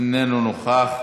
איננו נוכח.